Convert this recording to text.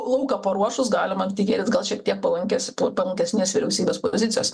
lauką paruošus galima tikėtis gal šiek tiek palankės po palankesnės vyriausybės pozicijos